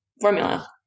formula